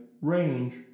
range